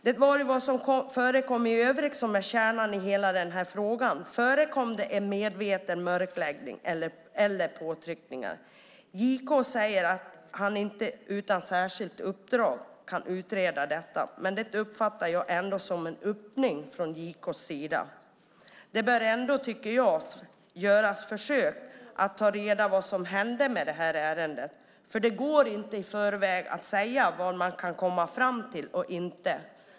Det var vad som förekom i övrigt som är kärnan i hela den här frågan. Förekom det en medveten mörkläggning eller påtryckningar? JK säger att han inte utan särskilt uppdrag kan utreda detta. Men det uppfattar jag ändå som en öppning från JK:s sida. Jag tycker ändå att det bör göras försök att ta reda på vad som hände med detta ärende eftersom det inte går att i förväg säga vad man kan komma fram till och inte.